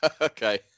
Okay